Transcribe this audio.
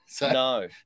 No